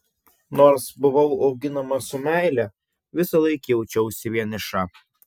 nors buvau auginama su meile visąlaik jaučiausi vieniša